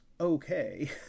okay